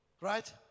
Right